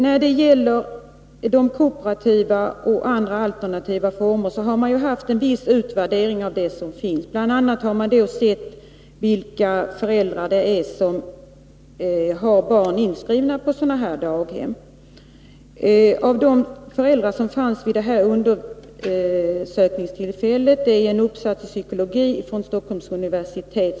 När det gäller kooperativa och andra alternativa former har det gjorts en viss utvärdering. Bl. a. har man undersökt vilka föräldrar det är som har sina barn inskrivna på sådana här daghem. Detta behandlas i en uppsats i psykologi vid Stockholms universitet.